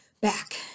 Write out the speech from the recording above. back